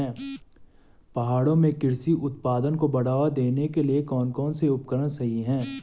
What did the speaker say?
पहाड़ों में कृषि उत्पादन को बढ़ावा देने के लिए कौन कौन से उपकरण सही हैं?